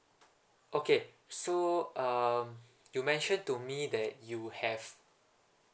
okay so um you mentioned to me that you have